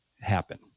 happen